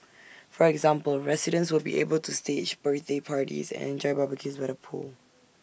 for example residents will be able to stage birthday parties and enjoy barbecues by the pool